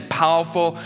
powerful